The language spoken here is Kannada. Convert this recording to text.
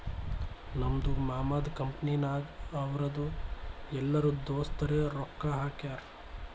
ನಮ್ದು ಮಾಮದು ಕಂಪನಿನಾಗ್ ಅವ್ರದು ಎಲ್ಲರೂ ದೋಸ್ತರೆ ರೊಕ್ಕಾ ಹಾಕ್ಯಾರ್